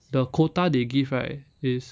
the quota they give right is